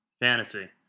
fantasy